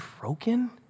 broken